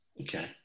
Okay